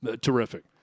terrific